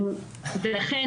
ולכן,